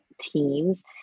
teams